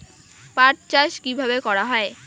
পাট চাষ কীভাবে করা হয়?